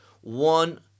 one